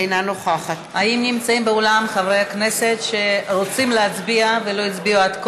אינה נוכחת האם נמצאים באולם חברי כנסת שרוצים להצביע ולא הצביעו עד כה?